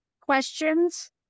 questions